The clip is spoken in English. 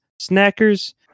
Snackers